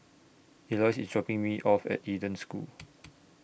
Elois IS dropping Me off At Eden School